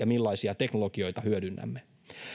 millaisia teknologioita hyödynnämme